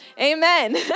Amen